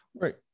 Right